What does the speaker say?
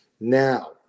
Now